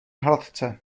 hladce